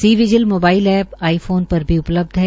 सी vigil mobile app iPhone पर भी उपलब्ध है